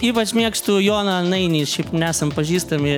ypač mėgstu joną nainį šiaip nesam pažįstami